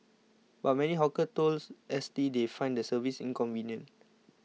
but many hawkers told S T they find the service inconvenient